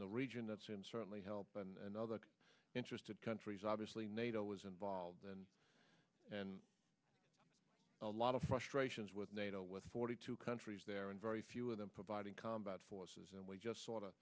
the region that's been certainly help and other interested countries obviously nato was involved then and a lot of frustrations with nato with forty two countries there and very few of them providing combat forces and we just s